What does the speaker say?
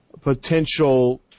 potential